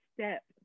step